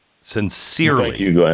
Sincerely